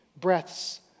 breaths